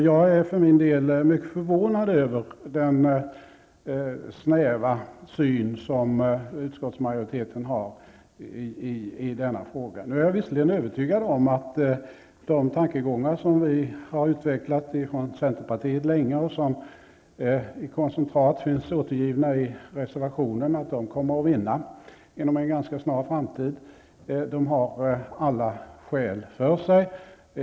Jag är för min del mycket förvånad över den snäva syn som utskottsmajoriteten har i denna fråga. Jag är visserligen övertygad om att de tankegångar som har framförts från centerpartiet under en längre tid, och som i koncentrat finns återgivna i reservationen, kommer att vinna inom en ganska snar framtid. De har alla skäl för sig.